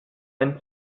ein